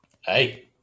Hey